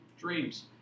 dreams